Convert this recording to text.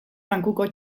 bankuko